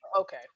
Okay